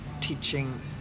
teaching